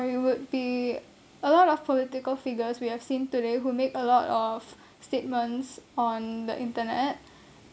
it would be a lot of political figures we have seen today who make a lot of statements on the internet